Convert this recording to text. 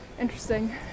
interesting